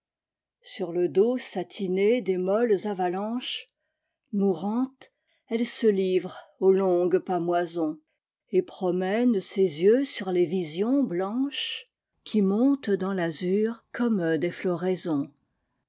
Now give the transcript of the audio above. sur le dos satiné des molles avalanches mourante elle se livre aux longues pâmoisons et promène ses yeux sur les visions blanchesqui montent dans l'azur comme des floraisons